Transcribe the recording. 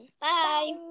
Bye